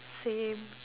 same